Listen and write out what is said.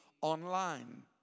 online